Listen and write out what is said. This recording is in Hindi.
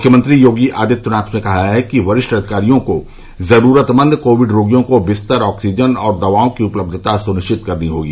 मुख्यमंत्री योगी आदित्यनाथ ने कहा है कि वरिष्ठ अधिकारियों को जरूरतमंद कोविड रोगियों को बिस्तर ऑक्सीजन और दवाओं की उपलब्धता सुनिरिचत करनी होगी